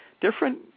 Different